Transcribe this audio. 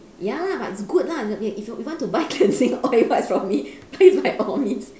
ya lah but it's good lah if if you you want to buy cleansing oil wipes from me pay please by all means